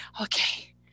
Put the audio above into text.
okay